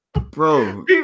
bro